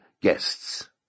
guests